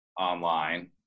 online